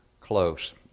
close